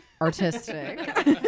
artistic